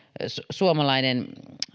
suomalainen